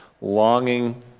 longing